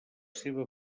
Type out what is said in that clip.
seva